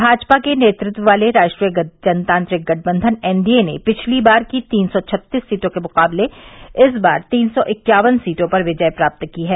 भाजपा के नेतृत्व वाले राष्ट्रीय जनतांत्रिक गठबंधन एनडीए ने पिछली बार की तीन सौ छत्तीस सीटों के मुकाबले इस बार तीन सौ इक्यावन सीटों पर विजय प्राप्त की है